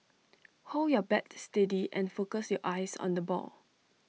hold your bat steady and focus your eyes on the ball